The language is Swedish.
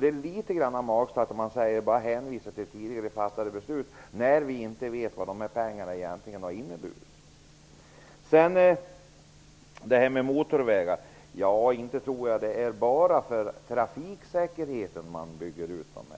Det är litet magstarkt att bara hänvisa till tidigare fattade beslut när vi inte vet vad dessa pengar egentligen har inneburit. Jag tror inte att det bara är för trafiksäkerheten som man bygger ut motorvägarna.